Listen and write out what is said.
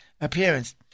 appearance